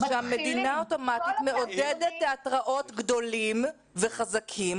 כך שהמדינה אוטומטית מעוררת תיאטראות גדולים וחזקים